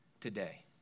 today